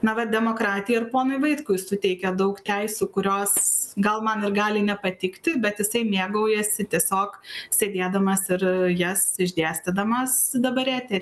na va demokratija ir ponui vaitkui suteikia daug teisių kurios gal man ir gali nepatikti bet jisai mėgaujasi tiesiog sėdėdamas ir jas išdėstydamas dabar etery